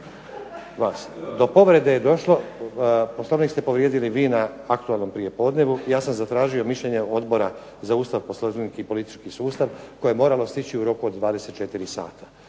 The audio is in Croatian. Do povrede je došlo, Poslovnik ste povrijedili vi na aktualnom prijepodnevu, ja sam zatražio mišljenje Odbora za Ustav, Poslovnik i politički sustav koje je moralo stići u roku od 24 sata,